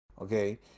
okay